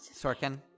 sorkin